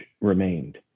remained